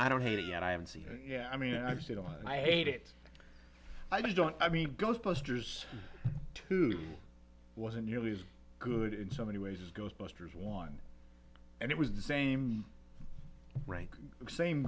i don't hate it yet i haven't seen it yeah i mean i just don't i hate it i don't i mean ghostbusters two wasn't nearly as good in so many ways as ghostbusters one and it was the same rank same